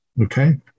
Okay